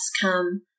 come